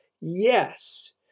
Yes